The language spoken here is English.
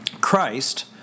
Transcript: Christ